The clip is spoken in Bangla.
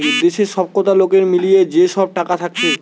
দেশের সবকটা লোকের মিলিয়ে যে সব টাকা থাকছে